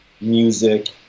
music